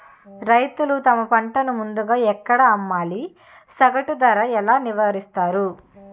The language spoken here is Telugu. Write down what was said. రైతులు తమ పంటను ముందుగా ఎక్కడ అమ్మాలి? సగటు ధర ఎలా నిర్ణయిస్తారు?